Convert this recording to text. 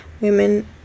women